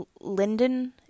Linden